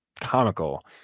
comical